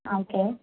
ആ ഓക്കെ